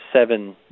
seven